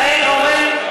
(קוראת בשמות חברי הכנסת) מיכאל אורן,